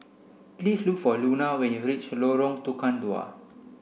please look for Luna when you reach Lorong Tukang Dua